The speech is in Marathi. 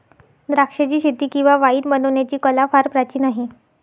द्राक्षाचीशेती किंवा वाईन बनवण्याची कला फार प्राचीन आहे